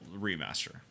remaster